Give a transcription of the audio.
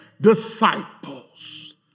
disciples